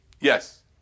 Yes